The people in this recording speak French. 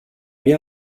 bien